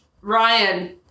Ryan